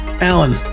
Alan